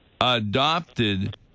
adopted